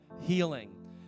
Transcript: healing